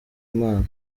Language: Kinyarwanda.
imana